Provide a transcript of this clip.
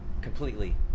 completely